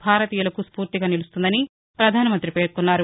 భారతీయులకు స్పూర్తిగా నిలుస్తాయని ప్రధానమంతి పేర్కొన్నారు